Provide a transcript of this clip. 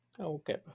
Okay